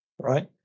right